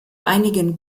einigen